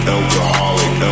Alcoholic